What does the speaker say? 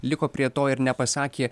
liko prie to ir nepasakė